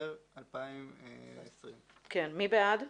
בדצמבר 2020. מי בעד?